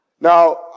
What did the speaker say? Now